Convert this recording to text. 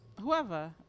whoever